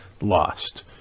lost